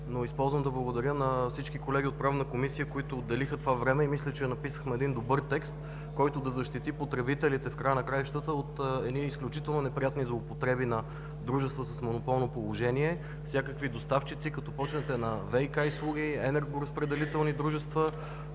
дебата, но използвам да благодаря на всички колеги от Правна комисия, които отделиха това време и мисля, че написахме един добър текст, който да защити потребителите от едни изключително неприятни злоупотреби на дружества с монополни положения – всякакви доставчици, като започнете ВиК-услуги, енергоразпределителни дружества,